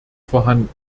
vorhanden